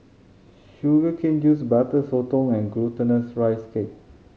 sugar cane juice Butter Sotong and Glutinous Rice Cake